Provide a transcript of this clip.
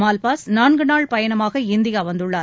Malpass நான்கு நாள் பயணமாக இந்தியா வந்துள்ளார்